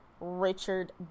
Richard